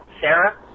Sarah